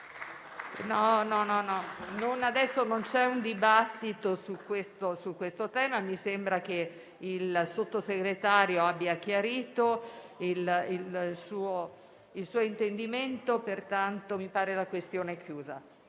adesso non c'è un dibattito su questo tema. Mi sembra che il Sottosegretario abbia chiarito il suo intendimento e mi pare quindi che la